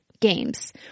games